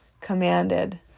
commanded